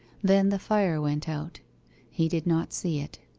then the fire went out he did not see it.